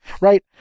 right